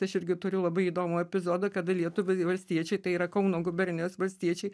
tai aš irgi turiu labai įdomų epizodą kada lietuviai valstiečiai tai yra kauno gubernijos valstiečiai